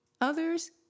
Others